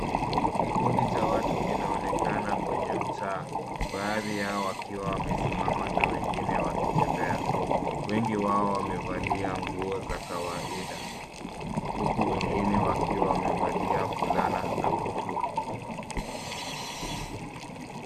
Kikundi cha watu kinaonekana kwenye mtaa, baadhi yao wakiwa wamesimama na wengine wakitembea. Wengi wao wamevalia nguo za kawaida, huku wenginw wakiwa wamevalia fulana za buluu.